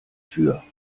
tür